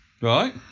Right